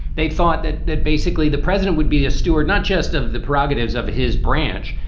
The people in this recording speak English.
they thought that that basically the president would be a steward, not just of the prerogative of his branch,